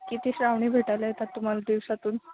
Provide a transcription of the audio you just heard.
किती श्रावणी भेटायला येतात तुम्हाला दिवसातून